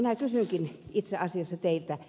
minä kysynkin itse asiassa teiltä